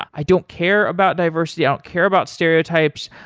i don't care about diversity. i don't care about stereotypes.